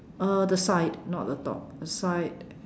uh the side not the top the side